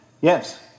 Yes